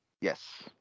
Yes